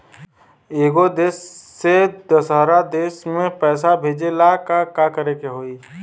एगो देश से दशहरा देश मे पैसा भेजे ला का करेके होई?